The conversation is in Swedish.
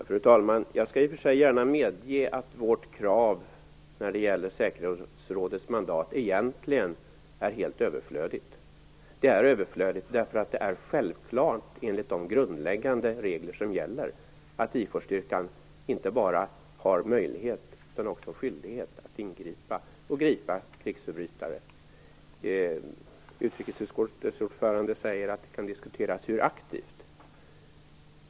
Fru talman! Jag skall i och för sig gärna medge att vårt krav när det gäller säkerhetsrådets mandat egentligen är helt överflödigt. Det är överflödigt därför att det är självklart enligt de grundläggande regler som gäller att IFOR-styrkan inte bara har möjlighet utan också skyldighet att ingripa och gripa krigsförbrytare. Utrikesutskottets ordförande säger att det kan diskuteras hur aktivt detta skall ske.